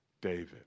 David